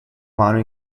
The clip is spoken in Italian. mano